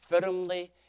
firmly